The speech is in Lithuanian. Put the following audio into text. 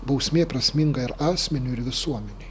bausmė prasminga ir asmeniui ir visuomenei